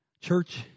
Church